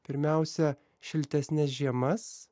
pirmiausia šiltesnes žiemas